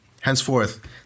Henceforth